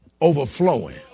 overflowing